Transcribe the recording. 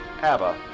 Abba